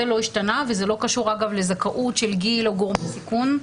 זה לא השתנה וזה לא קשור לזכאות של גיל או גורמי סיכון,